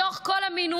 בתוך כל המינויים,